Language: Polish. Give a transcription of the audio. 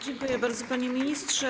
Dziękuję bardzo, panie ministrze.